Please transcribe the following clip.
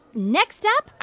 next up,